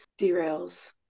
derails